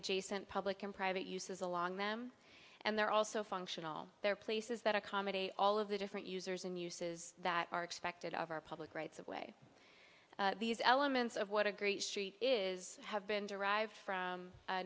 adjacent public and private uses along them and they're also functional there are places that accommodate all of the different users and uses that are expected of our public rights of way these elements of what a great street is have been derived from